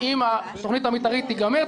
אם התוכנית המתארית תיגמר.